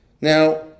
Now